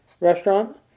restaurant